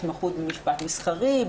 התמחות במשפט מסחרי,